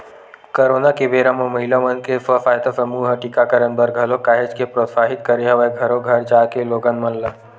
corona के बेरा म महिला मन के स्व सहायता समूह ह टीकाकरन बर घलोक काहेच के प्रोत्साहित करे हवय घरो घर जाके लोगन मन ल